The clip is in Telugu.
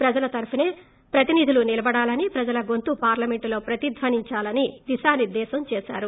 ప్రజల తరపునే ప్రతినిధులు నిలబడాలని ప్రజల గోంతు పార్లమెంట్లో ప్రతిధ్వనించాలని దిశానిర్దేశం చేశారు